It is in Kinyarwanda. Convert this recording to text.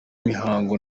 mihango